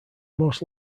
most